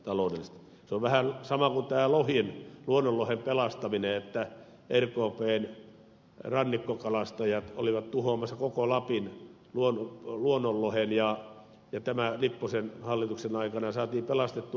se on vähän sama kuin tämä luonnonlohen pelastaminen että rkpn rannikkokalastajat olivat tuhoamassa koko lapin luonnonlohen ja tämä lipposen hallituksen aikana saatiin pelastettua